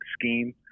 scheme